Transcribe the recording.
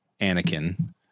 Anakin